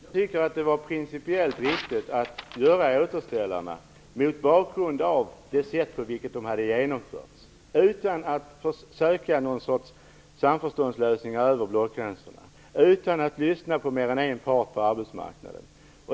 Herr talman! Jag tycker att det var principiellt riktigt att göra återställarna mot bakgrund av det sätt på vilket åtgärderna hade genomförts. Man gjorde det utan att söka något sorts samförståndslösningar över blockgränserna och utan att lyssna på mer än en part på arbetsmarknaden.